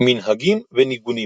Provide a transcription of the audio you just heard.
מנהגים וניגונים